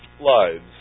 lives